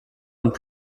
und